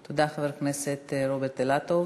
תודה, חבר הכנסת רוברט אילטוב.